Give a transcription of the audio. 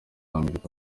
amerika